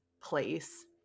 place